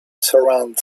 surround